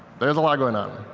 there's a lot going on.